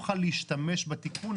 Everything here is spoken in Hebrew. חבר הכנסת יצחק פינדרוס, בבקשה.